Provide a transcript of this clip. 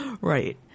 Right